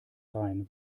rein